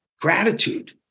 gratitude